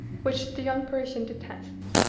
which the young parisian detests.